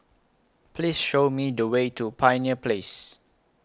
Please Show Me The Way to Pioneer Place